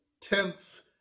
tenths